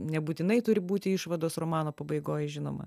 nebūtinai turi būti išvados romano pabaigoj žinoma